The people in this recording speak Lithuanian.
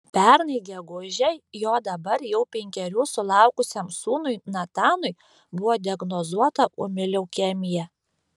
pernai gegužę jo dabar jau penkerių sulaukusiam sūnui natanui buvo diagnozuota ūmi leukemija